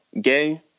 gay